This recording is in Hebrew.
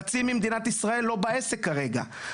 חצי ממדינת ישראל לא בעסק כרגע.